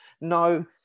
No